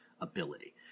ability